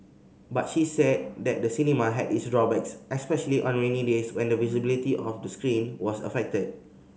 but she said that the cinema had its drawbacks especially on rainy days when the visibility of the screen was affected